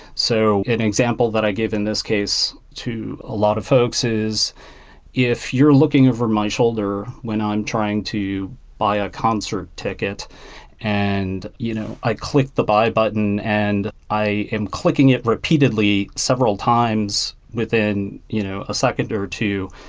so an example that i gave in this case to a lot of folks is if you're looking over my shoulder when i'm trying to buy a concert ticket and you know i click the buy button and i am clicking it repeatedly several times within you know a second or two,